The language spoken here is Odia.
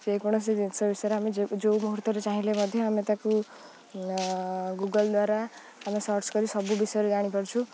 ଯେକୌଣସି ଜିନିଷ ବିଷୟରେ ଆମେ ଯେଉଁ ମୁହୁର୍ତ୍ତରେ ଚାହିଁଲେ ମଧ୍ୟ ଆମେ ତାକୁ ଗୁଗଲ ଦ୍ୱାରା ଆମେ ସର୍ଚ୍ଚ କରି ସବୁ ବିଷୟରେ ଜାଣିପାରୁଛୁ